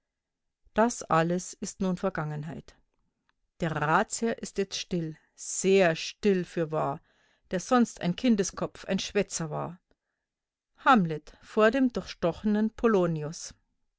das alles ist nun vergangenheit der ratsherr ist jetzt still sehr still fürwahr der sonst ein kindeskopf ein schwätzer war hamlet vor dem durchstochenen